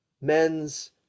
men's